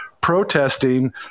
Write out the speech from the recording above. protesting